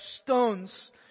stones